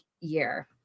year